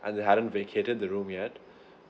and they hadn't vacated the room yet